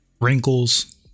wrinkles